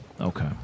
Okay